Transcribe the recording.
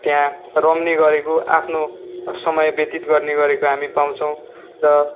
त्या रम्ने गरेको आफ्नो समय व्यतित गर्ने गरेको हामी पाउँछौँ र